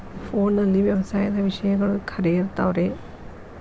ಫೋನಲ್ಲಿ ವ್ಯವಸಾಯದ ವಿಷಯಗಳು ಖರೇ ಇರತಾವ್ ರೇ?